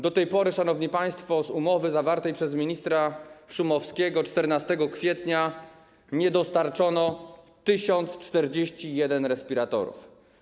Do tej pory, szanowni państwo, z umowy zawartej przez ministra Szumowskiego 14 kwietnia nie dostarczono 1041 respiratorów.